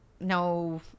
No